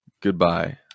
goodbye